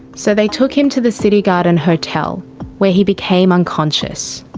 so they took him to the city garden hotel where he became unconscious.